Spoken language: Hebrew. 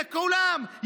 לכולם,